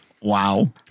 Wow